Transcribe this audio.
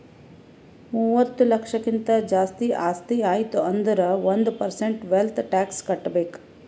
ಮೂವತ್ತ ಲಕ್ಷಕ್ಕಿಂತ್ ಜಾಸ್ತಿ ಆಸ್ತಿ ಆಯ್ತು ಅಂದುರ್ ಒಂದ್ ಪರ್ಸೆಂಟ್ ವೆಲ್ತ್ ಟ್ಯಾಕ್ಸ್ ಕಟ್ಬೇಕ್